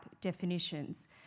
definitions